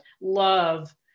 love